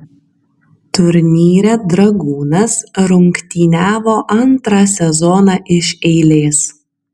turnyre dragūnas rungtyniavo antrą sezoną iš eilės